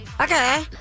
Okay